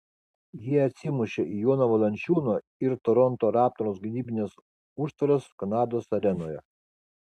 jie atsimušė į jono valančiūno ir toronto raptors gynybines užtvaras kanados arenoje